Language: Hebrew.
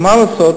אבל מה לעשות?